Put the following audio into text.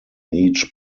each